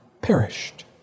perished